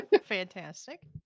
Fantastic